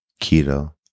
keto